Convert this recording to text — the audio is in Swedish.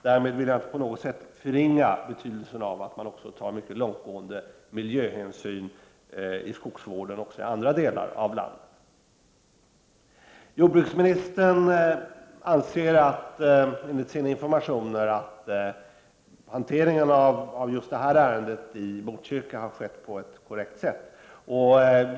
Därmed vill jag inte på något sätt förringa betydelsen av att man också tar mycket långtgående miljöhänsyn i skogsvården även i andra delar av landet. Jordbruksministern anser, med utgångspunkt i den information han har fått, att hanteringen av detta ärende i Botkyrka har skett på ett korrekt sätt.